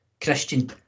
Christian